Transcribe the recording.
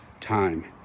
time